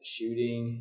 Shooting